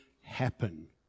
happen